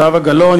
זהבה גלאון,